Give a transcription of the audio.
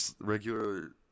regular